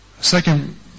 Second